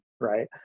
right